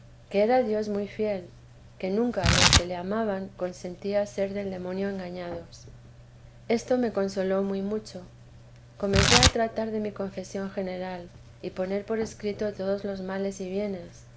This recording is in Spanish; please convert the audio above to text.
que era dios muy fiel que nunca a los que le amaban consentía ser del demonio engañados esto me consoló muy mucho comencé a tratar de mi confesión general y poner por escrito todos los males y bienes